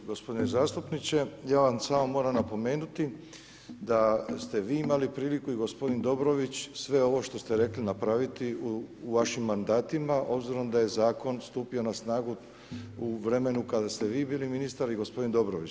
Uvaženi gospodine zastupniče, ja vam samo moram napomenuti da ste vi imali priliku i gospodin Dobrović sve ovo što ste rekli napraviti u vašim mandatima, obzirom da je Zakon stupio na snagu u vremenu kada ste vi bili ministar i gospodin Dobrović.